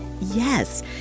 Yes